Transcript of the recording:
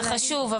זה חשוב,